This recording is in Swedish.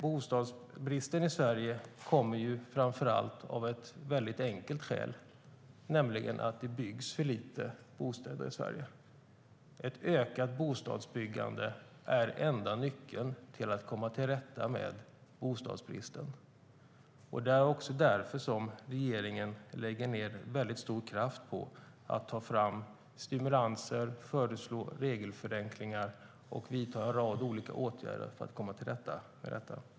Det finns framför allt ett mycket enkelt skäl till bostadsbristen i Sverige, nämligen att det byggs för lite bostäder. Ett ökat bostadsbyggande är den enda nyckeln till att komma till rätta med bostadsbristen. Det är också därför som regeringen lägger ned mycket stor kraft på att ta fram stimulanser, föreslå regelförenklingar och vidta en rad olika åtgärder för att komma till rätta med detta.